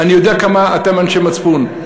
אני יודע כמה אתם אנשי מצפון,